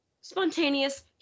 spontaneous